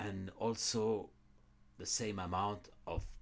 and also the same amount of